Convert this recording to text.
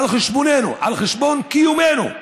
על חשבוננו, על חשבון קיומנו.